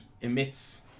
emits